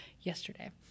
yesterday